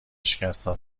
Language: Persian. شکستن